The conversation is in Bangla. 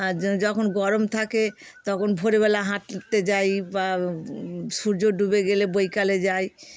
আর য যখন গরম থাকে তখন ভোরবেলা হাঁটতে যাই বা সূর্য ডুবে গেলে বিকালে যাই